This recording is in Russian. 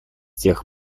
тех